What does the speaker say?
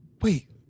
Wait